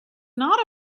not